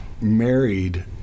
married